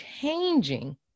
changing